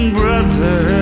brother